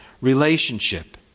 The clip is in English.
relationship